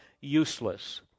useless